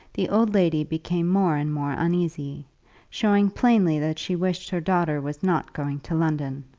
the old lady became more and more uneasy showing plainly that she wished her daughter was not going to london.